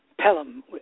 Pelham